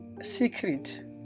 secret